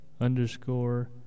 underscore